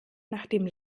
nachdem